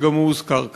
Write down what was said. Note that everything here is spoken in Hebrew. שגם הוא הוזכר כאן.